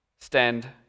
stand